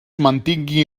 mantingui